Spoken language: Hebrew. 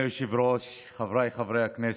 אדוני היושב-ראש, חבריי חברי הכנסת,